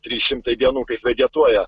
trys šimtai dienų kaip vegetuoja